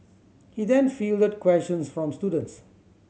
he then fielded questions from students